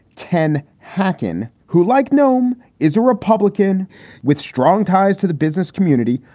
ten. hacken, who, like gnome, is a republican with strong ties to the business community.